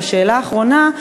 ושאלה אחרונה: